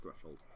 threshold